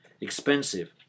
Expensive